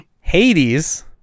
Hades